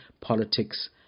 politics